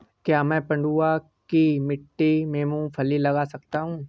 क्या मैं पडुआ की मिट्टी में मूँगफली लगा सकता हूँ?